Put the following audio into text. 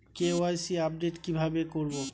KYC update কি ভাবে করবো?